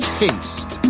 taste